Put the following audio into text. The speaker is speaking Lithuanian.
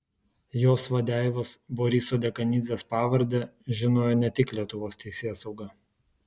jos vadeivos boriso dekanidzės pavardę žinojo ne tik lietuvos teisėsauga